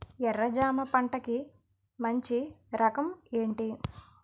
ఎర్ర జమ పంట కి మంచి రకం ఏంటి?